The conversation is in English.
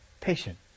patient